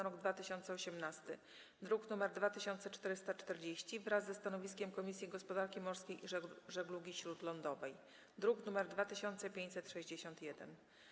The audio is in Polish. rok 2018 (druk nr 2440) wraz ze stanowiskiem Komisji Gospodarki Morskiej i Żeglugi Śródlądowej (druk nr 2561)